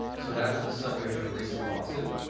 so, that was the subject of a recent lawsuit.